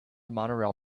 monorail